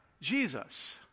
Jesus